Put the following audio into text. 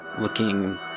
looking